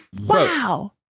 Wow